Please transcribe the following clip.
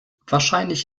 wahrscheinlich